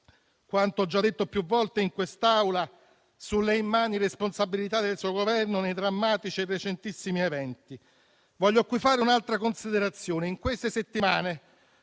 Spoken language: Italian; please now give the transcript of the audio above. quanto ho già detto più volte in quest'Aula sulle immani responsabilità del suo Governo nei drammatici e recentissimi eventi, ma voglio fare un'altra considerazione. In queste settimane